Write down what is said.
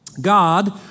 God